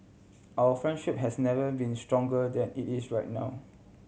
our friendship has never been stronger than it is right now